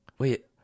Wait